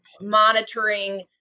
monitoring